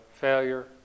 failure